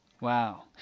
Wow